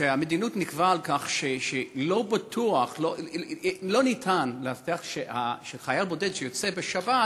שהמדיניות שנקבעה היא כי לא ניתן להבטיח שחייל בודד שיוצא לשבת,